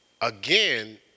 again